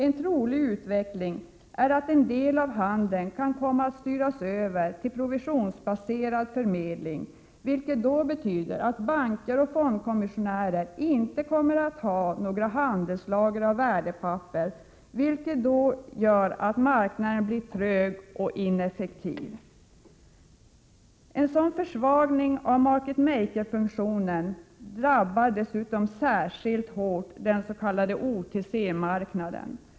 En trolig utveckling är att en del av handeln kommer att styras över till provisionsbaserad förmedling, vilket betyder att banker och fondkommissionärer inte kommer att ha några handelslager av värdepapper. Det i sin tur ger en trög och ineffektiv marknad. En sådan försvagning av market maker-funktionen drabbar dessutom särskilt hårt den s.k. OTC-marknaden.